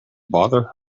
bother